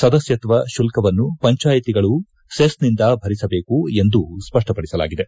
ಸದಸ್ಯತ್ವ ಶುಲ್ಕವನ್ನು ಪಂಚಾಯಿತಿಗಳು ಸೆಸ್ನಿಂದ ಭರಿಸಬೇಕು ಎಂದೂ ಸ್ಪಷ್ಠಪಡಿಸಲಾಗಿದೆ